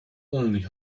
only